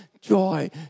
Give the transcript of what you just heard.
joy